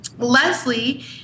Leslie